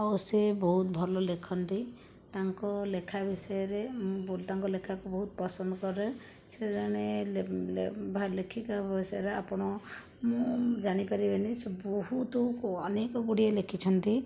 ଆଉ ସେ ବହୁତ ଭଲ ଲେଖନ୍ତି ତାଙ୍କ ଲେଖା ବିଷୟରେ ମୁଁ ତାଙ୍କ ଲେଖାକୁ ବହୁତ ପସନ୍ଦ କରେ ସେ ଜଣେ ଲେଖିକା ବିଷୟରେ ଆପଣ ମୁଁ ଜାଣି ପାରିବେନି ସେ ବହୁତୁ ଅନେକ ଗୁଡ଼ିଏ ଲେଖିଛନ୍ତି